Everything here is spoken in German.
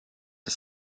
das